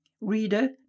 Reader